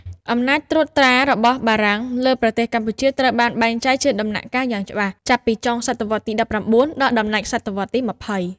អំណាចត្រួតត្រារបស់បារាំងលើប្រទេសកម្ពុជាត្រូវបានបែងចែកជាដំណាក់កាលយ៉ាងច្បាស់ចាប់ពីចុងសតវត្សទី១៩ ដល់ដំណាច់សតវត្សទី២០។